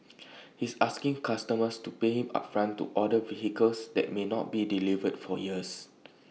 he's asking customers to pay him upfront to order vehicles that may not be delivered for years